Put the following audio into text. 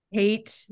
hate